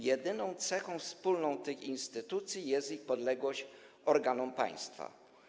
Jedyną cechą wspólną tych instytucji jest ich podległość organom państwa.